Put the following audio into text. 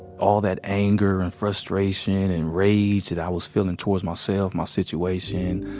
all that anger and frustration and rage that i was feeling toward myself, my situation,